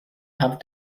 have